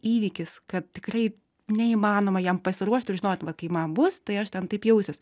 įvykis kad tikrai neįmanoma jam pasiruošt ir žinot va kai man bus tai aš ten taip jausiuos